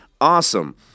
Awesome